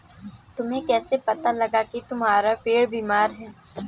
तुम्हें कैसे पता लगा की तुम्हारा पेड़ बीमार है?